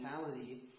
mentality